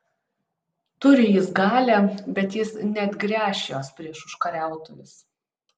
turi jis galią bet jis neatgręš jos prieš užkariautojus